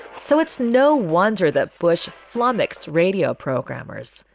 so it's no wonder the bush flummoxed radio programmers.